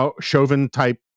Chauvin-type